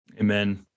Amen